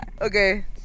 Okay